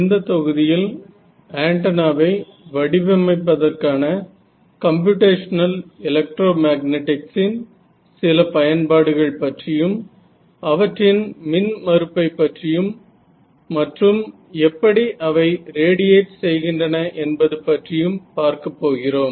இந்த தொகுதியில் ஆண்டனாவை வடிவமைப்பதற்கான கம்ப்யூடேஷனல் எலெக்ட்ரோ மேக்னெட்டிக்ஸ் இன் சில பயன்பாடுகள் பற்றியும் அவற்றின் மின் மறுப்பை பற்றியும் மற்றும் எப்படி அவை ரேடியேட் செய்கின்றன என்பது பற்றியும் பார்க்கப் போகிறோம்